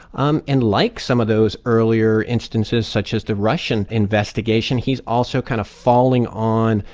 um and like some of those earlier instances, such as the russian investigation, he's also kind of falling on,